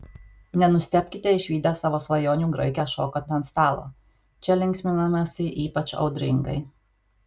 nenustebkite išvydę savo svajonių graikę šokant ant stalo čia linksminamasi ypač audringai